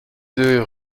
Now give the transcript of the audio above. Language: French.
deux